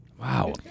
Wow